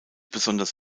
besonders